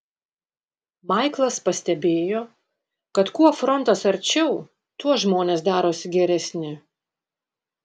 maiklas pastebėjo kad kuo frontas arčiau tuo žmonės darosi geresni